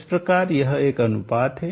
इस प्रकार यह एक अनुपात है